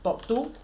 top two